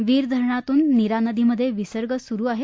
वीर धरणातून नीरा नदीमधे विसर्ग सुरु आहे